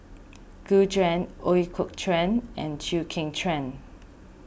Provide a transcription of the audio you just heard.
Gu Juan Ooi Kok Chuen and Chew Kheng Chuan